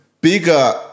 bigger